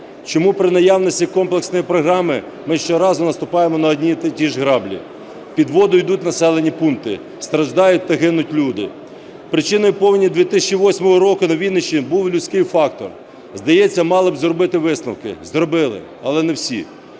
Чому, при наявності комплексної програми, ми щоразу наступаємо на одні і ті ж граблі – під воду йдуть населені пункти, страждають та гинуть люди? Причиною повені 2008 року на Вінниччині був людський фактор. Здається, мали б зробити висновки, зробили, але не всі.